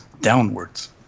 downwards